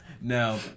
Now